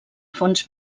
fons